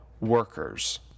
workers